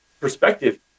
perspective